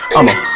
I'ma